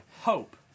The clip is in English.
hope